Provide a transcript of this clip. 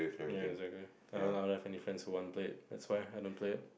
ya exactly I don't know I don't have any friends who want play that's why I don't play